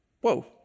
whoa